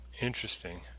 Interesting